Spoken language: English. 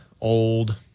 old